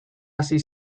hasi